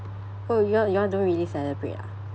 oh you a~ you all don't really celebrate ah oh